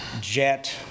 jet